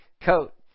coat